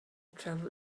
travel